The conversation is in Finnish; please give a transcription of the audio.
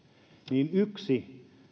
niin yksi